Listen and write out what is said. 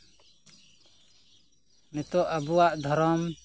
ᱱᱤᱛᱳᱜ ᱟᱵᱚᱣᱟᱜ ᱫᱷᱚᱨᱚᱢ